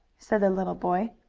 said the little boy.